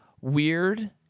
weird